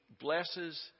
blesses